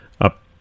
up